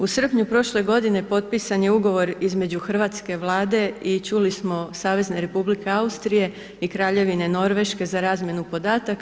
U srpnju prošle godine potpisan je ugovor između hrvatske Vlade i čuli smo, Savezne Republike Austrije i Kraljevine Norveške za razmjenu podataka.